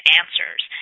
answers